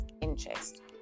interest